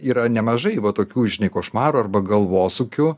yra nemažai va tokių žinai košmarų arba galvosūkių